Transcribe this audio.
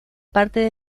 parte